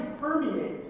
permeate